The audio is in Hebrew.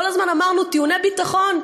כל הזמן אמרנו טיעוני ביטחון: